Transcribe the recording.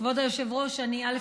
כבוד היושב-ראש, א.